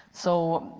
so